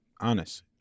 honest